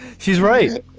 she's right.